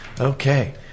Okay